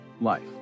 life